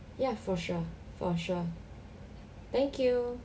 ya for sure for sure thank you